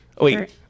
Wait